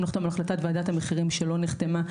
לחתום על החלטת ועדת המחירים שלא נחתמה.